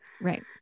Right